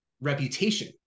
reputation